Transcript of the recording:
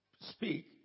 speak